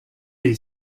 est